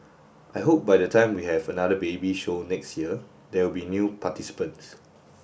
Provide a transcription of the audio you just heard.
I hope by the time we have another baby show next year there'll be new participants